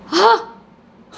!huh!